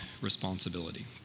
responsibility